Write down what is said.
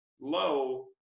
low